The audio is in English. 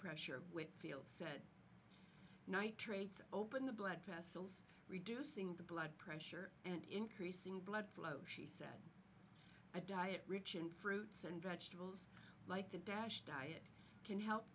pressure whitfield said nitrates open the blood vessel reducing the blood pressure and increasing blood flow she's a diet rich in fruits and vegetables like the dash diet can help